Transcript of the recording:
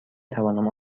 توانم